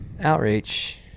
Outreach